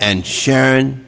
and sharon